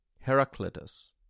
Heraclitus